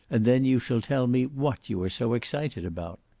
and then you shall tell me what you are so excited about.